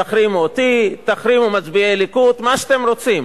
תחרימו אותי, תחרימו מצביעי ליכוד, מה שאתם רוצים,